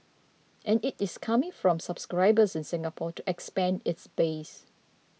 and it is coming from subscribers in Singapore to expand its base